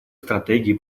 стратегии